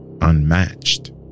unmatched